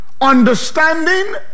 Understanding